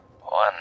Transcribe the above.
One